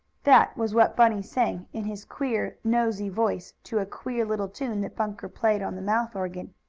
that was what bunny sang, in his queer, nosey voice, to a queer little tune that bunker played on the mouth organ.